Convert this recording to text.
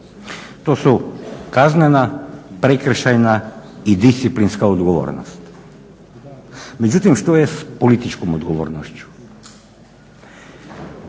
To su kaznena, prekršajna i disciplinska odgovornost. Međutim, što je s političkom odgovornošću?